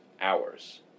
hours